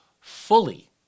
fully